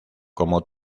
como